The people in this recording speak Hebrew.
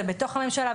ובתוך הממשלה,